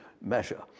measure